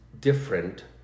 different